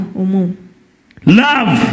Love